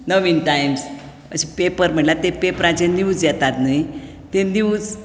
Navhind times अशें paper म्हणल्यार त्या पेपरांचेर न्यूज येतात न्हय ते न्यूज